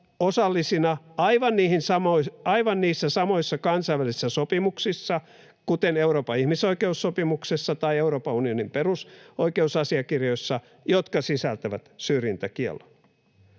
osallisina aivan niissä samoissa kansainvälisissä sopimuksissa, kuten Euroopan ihmisoikeussopimuksessa tai Euroopan unionin perusoikeusasiakirjoissa, jotka sisältävät syrjintäkiellon.